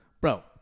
Bro